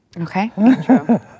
Okay